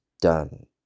done